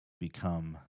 become